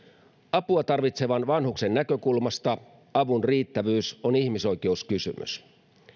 apua tarvitsevan vanhuksen näkökulmasta avun riittävyys on ihmisoikeuskysymys